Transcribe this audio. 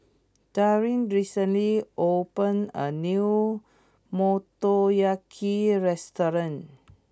Daryn recently opened a new Motoyaki restaurant